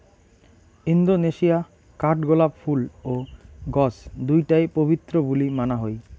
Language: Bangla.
ইন্দোনেশিয়া কাঠগোলাপ ফুল ও গছ দুইটায় পবিত্র বুলি মানা হই